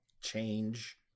Change